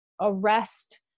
arrest